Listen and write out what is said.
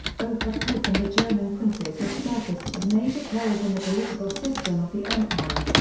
both the pope and the german princes had surfaced as major players in the political system of the empire.